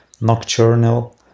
nocturnal